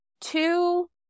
two